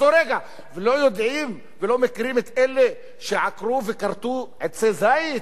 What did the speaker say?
ולא יודעים ולא מכירים את אלה שעקרו וכרתו עצי זית?